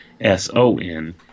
S-O-N